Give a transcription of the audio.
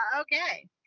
okay